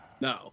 No